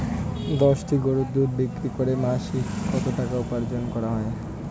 দশটি গরুর দুধ বিক্রি করে মাসিক কত টাকা উপার্জন করা য়ায়?